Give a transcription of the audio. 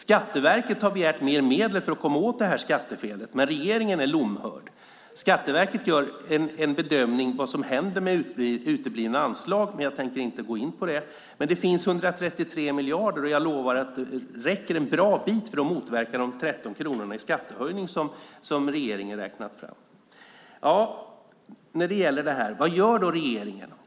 Skatteverket har begärt mer medel för att komma åt detta skattefel, men regeringen är lomhörd. Skatteverket gör en bedömning av vad som händer med uteblivna anslag. Jag tänker inte gå in på detta, men det finns 133 miljarder. Jag lovar att det räcker en bra bit för att motverka de 13 kronor i skattehöjning som regeringen räknat fram. Vad gör då regeringen när det gäller detta?